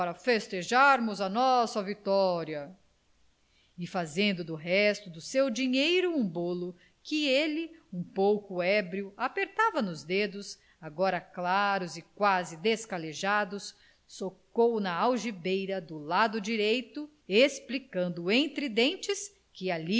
festejarmos a nossa vitória e fazendo do resto do seu dinheiro um bolo que ele um pouco ébrio apertava nos dedos agora claros e quase descalejados socou o na algibeira do lado direito explicando entre dentes que